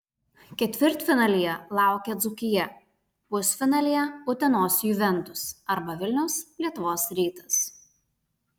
ketvirtfinalyje laukia dzūkija pusfinalyje utenos juventus arba vilniaus lietuvos rytas